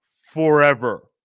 forever